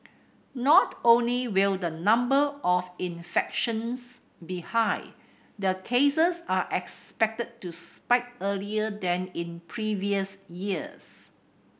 not only will the number of infections be high the cases are expected to spike earlier than in previous years